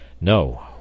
No